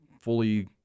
fully